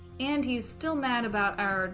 and he's still mad about our